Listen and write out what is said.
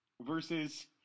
versus